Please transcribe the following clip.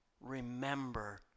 remember